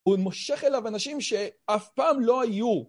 הוא מושך אליו אנשים שאף פעם לא היו.